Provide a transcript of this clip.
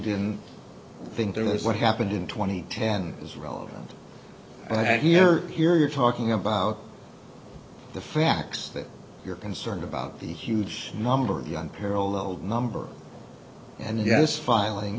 didn't think there was what happened in twenty ten is relevant i hear hear you're talking about the facts that you're concerned about the huge number of young paralleled number and yes filing